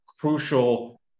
crucial